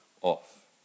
off